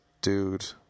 dude